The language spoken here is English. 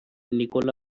nikola